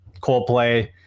Coldplay